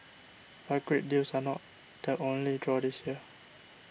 but great deals are not the only draw this year